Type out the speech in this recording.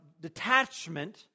detachment